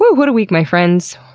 what a week, my friends.